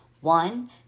one